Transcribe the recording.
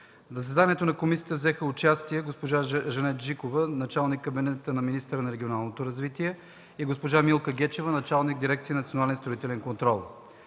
заседанието на комисията взеха участие: госпожа Жанет Жикова – началник на кабинета на министъра на регионалното развитие, и госпожа Милка Гечева – началник на Дирекция за национален строителен контрол.